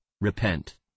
Repent